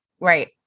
Right